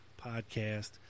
podcast